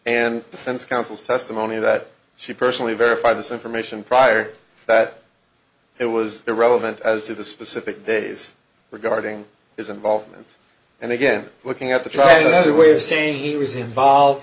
and defense counsel's testimony that she personally verify this information prior to that it was irrelevant as to the specific days regarding his involvement and again looking at the trial as a way of saying he was involved